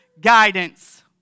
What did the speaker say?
guidance